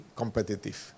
competitive